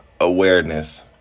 awareness